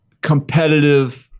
competitive